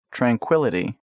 Tranquility